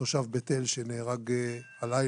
מגיעה בסיומו של מבצע מוצלח,